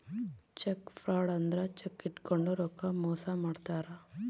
check fraud ಅಂದ್ರ cheque ಇಟ್ಕೊಂಡು ರೊಕ್ಕ ಮೋಸ ಮಾಡ್ತಾರ